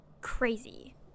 crazy